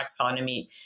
taxonomy